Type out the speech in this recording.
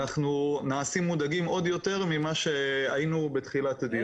אנחנו נעשים מודאגים עוד יותר ממה שהיינו בתחילת הדיון.